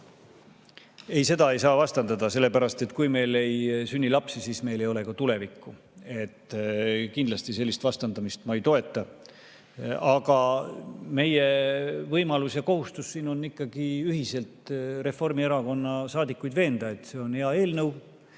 Ei, seda ei saa vastandada, sellepärast, et kui meil ei sünni lapsi, siis meil ei ole ka tulevikku. Kindlasti sellist vastandamist ma ei toeta. Aga meie võimalus ja kohustus siin on ikkagi ühiselt Reformierakonna saadikuid veenda, et see on hea eelnõu,